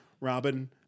Robin